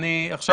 מאה אחוז.